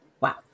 Wow